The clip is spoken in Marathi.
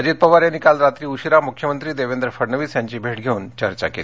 अजित पवार यांनी काल रात्री उशिरा मुख्यमंत्री देवेंद्र फडणवीस यांची भेट घेऊन चर्चा केली